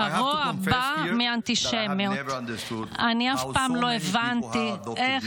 הוגת הדעות היהודייה המבריקה חנה ארנדט מייחסת את המקורות של